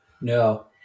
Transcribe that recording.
no